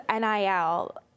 NIL